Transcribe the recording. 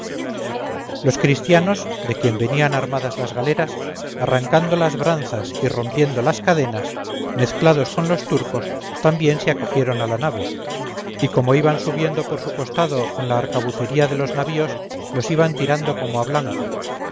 los christianos de quien venían armadas las galeras arrancando las branzas y rompiendo las cadenas mezclados con los turcos también se acogieron a la nave y como iban subiendo por su costado con la arcabucería de los navíos los iban tirando como a blanco